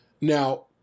Now